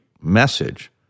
message